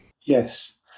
yes